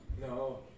No